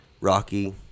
rocky